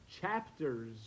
chapters